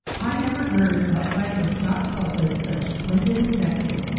i never heard, outside of a scotch pulpit, such splendid invective.